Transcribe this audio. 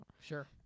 Sure